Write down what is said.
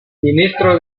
ministro